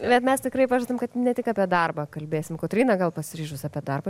bet mes tikrai pažadam kad ne tik apie darbą kalbėsim kotryna gal pasiryžus apie darbą